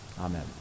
Amen